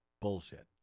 Bullshit